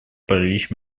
паралич